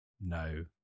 no